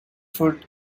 food